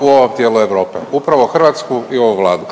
u ovom tijelu Europe? Upravo Hrvatsku i ovu Vladu.